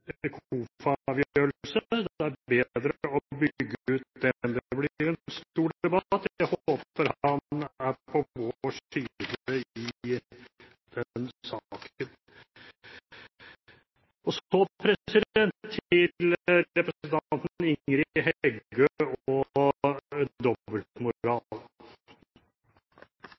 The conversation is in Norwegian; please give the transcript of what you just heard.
Det er bedre å bygge ut den. Det blir en stor debatt. Jeg håper han er på vår side i den saken. Og så til representanten Ingrid Heggø og dobbeltmoral,